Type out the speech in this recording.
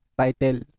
title